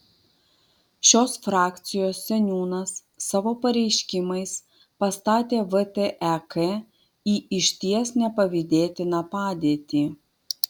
šios frakcijos seniūnas savo pareiškimais pastatė vtek į išties nepavydėtiną padėtį